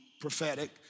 prophetic